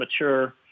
mature